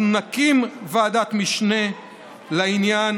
אנחנו נקים ועדת משנה לעניין,